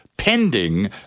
Pending